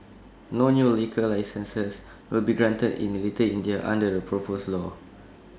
no new liquor licences will be granted in the little India under the proposed law